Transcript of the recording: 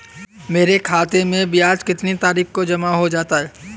मेरे खाते में ब्याज कितनी तारीख को जमा हो जाता है?